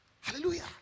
Hallelujah